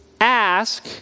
ask